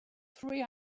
three